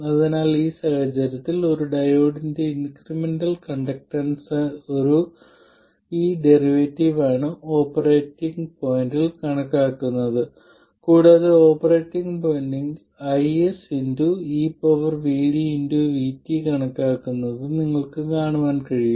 അതിനാൽ ഈ സാഹചര്യത്തിൽ ഒരു ഡയോഡിന്റെ ഇൻക്രിമെന്റൽ കണ്ടക്ടൻസ് ഈ ഡെറിവേറ്റീവ് ആണ് ഓപ്പറേറ്റിംഗ് പോയിന്റിൽ കണക്കാക്കുന്നത് കൂടാതെ ഓപ്പറേറ്റിംഗ് പോയിന്റിൽ IS eVdVt കണക്കാക്കുന്നത് നിങ്ങൾക്ക് കാണാൻ കഴിയും